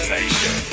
Nation